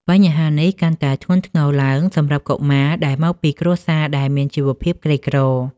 បញ្ហានេះកាន់តែធ្ងន់ធ្ងរឡើងសម្រាប់កុមារដែលមកពីគ្រួសារដែលមានជីវភាពក្រីក្រ។